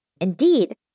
Indeed